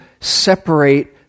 separate